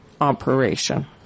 operation